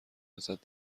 ازت